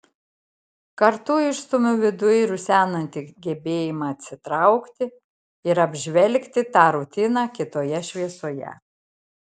kartu išstumiu viduj rusenantį gebėjimą atsitraukti ir apžvelgti tą rutiną kitoje šviesoje